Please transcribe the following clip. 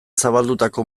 zabaldutako